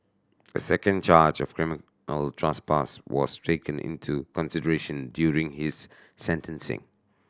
a second charge of criminal trespass was taken into consideration during his sentencing